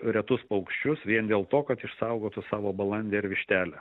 retus paukščius vien dėl to kad išsaugotų savo balandį ir vištelę